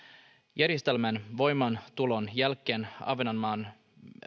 järjestelmän voimaantulon jälkeen ahvenanmaan